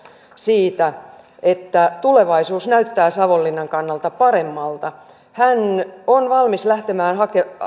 siitä että tulevaisuus näyttää savonlinnan kannalta paremmalta hän on valmis lähtemään